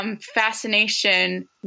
fascination